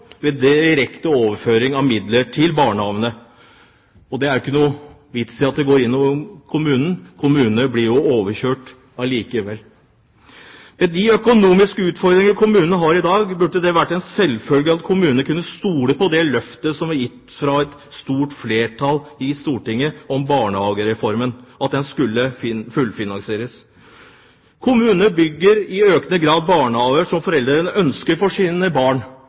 ved direkte overføring av midler fra staten til barnehagene. Det er ingen vits i at det går via kommunene, for kommunene blir jo overkjørt allikevel. Med de økonomiske utfordringene kommunene har i dag, burde det være en selvfølge at de kunne stole på det løftet som ble gitt av et stort flertall i Stortinget, om at barnehagereformen skulle fullfinansieres. Kommunene bygger i økende grad barnehager som foreldrene ønsker for sine barn.